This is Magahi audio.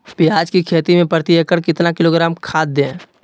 प्याज की खेती में प्रति एकड़ कितना किलोग्राम खाद दे?